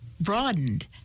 broadened